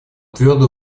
твердо